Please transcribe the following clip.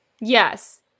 Yes